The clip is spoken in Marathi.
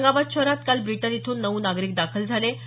औरंगाबाद शहरात काल ब्रिटन इथून नऊ नागरिक दाखल झाले